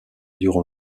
durant